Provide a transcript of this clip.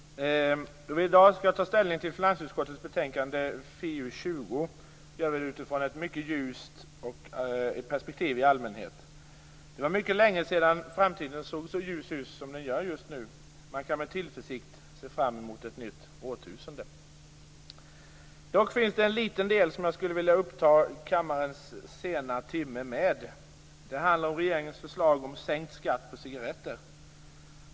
Fru talman! Då vi i dag skall ta ställning till finansutskottets betänkande FiU20 gör vi det utifrån ett mycket ljust perspektiv i allmänhet. Det var mycket länge sedan framtidens såg så ljus ut som den gör just nu. Man kan med tillförsikt se fram emot ett nytt årtusende. Dock finns det en liten del som jag skulle vilja uppta kammarens sena timme med. Det handlar om regeringens förslag om sänkt skatt på cigaretter.